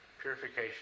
purification